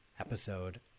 episode